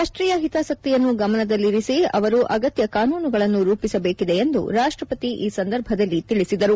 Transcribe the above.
ರಾಷ್ಲೀಯ ಹಿತಾಸಕ್ತಿಯನ್ನು ಗಮನದಲ್ಲಿರಿಸಿ ಅವರು ಅಗತ್ಯ ಕಾನೂನುಗಳನ್ನು ರೂಪಿಸಬೇಕಿದೆ ಎಂದು ರಾಷ್ಲಪತಿ ಈ ಸಂದರ್ಭದಲ್ಲಿ ತಿಳಿಸಿದರು